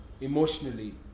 emotionally